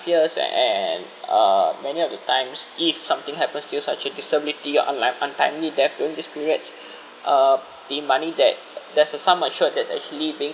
years a~ and uh many of the times if something happens to you such a disability or like untimely deaths during these periods uh the money that there's a sum matured that's actually being